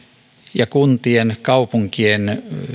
ja kuntien kaupunkien